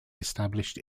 established